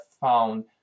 found